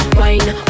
wine